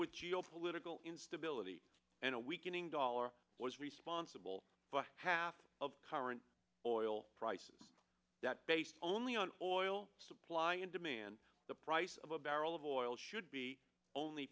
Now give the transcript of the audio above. with geo political instability and a weakening dollar was responsible by half of current oil prices that based only on oil supply and demand the price of a barrel of oil should be only